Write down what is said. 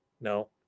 No